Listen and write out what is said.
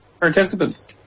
participants